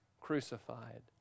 crucified